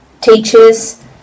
teachers